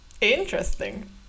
interesting